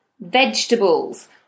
vegetables